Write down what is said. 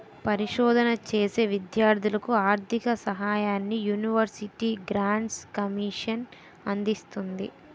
పరిశోధన చేసే విద్యార్ధులకు ఆర్ధిక సహాయాన్ని యూనివర్సిటీ గ్రాంట్స్ కమిషన్ అందిస్తుంది